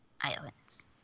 Islands